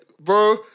Bro